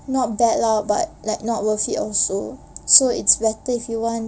not bad lah but like not worth it also so it's better if you want